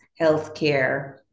healthcare